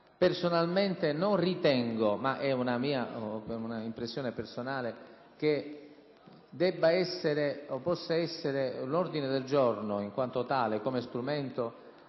Personalmente non ritengo - è una mia impressione personale - che debba o possa essere l'ordine del giorno in quanto tale, come strumento,